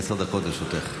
עשר דקות לרשותך.